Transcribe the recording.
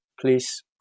please